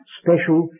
special